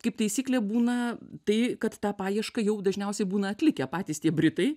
kaip taisyklė būna tai kad tą paiešką jau dažniausiai būna atlikę patys tie britai